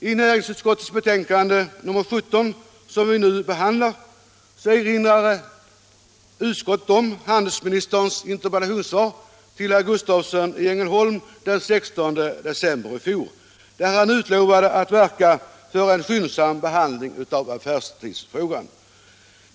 I näringsutskottets betänkande nr 17, som vi nu behandlar, erinrar utskottet om handelsministerns interpellationssvar till herr Gustavsson i Ängelholm den 16 december i fjol, där han utlovade att han skulle verka för en skyndsam behandling av affärstidsfrågan.